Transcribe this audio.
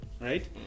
right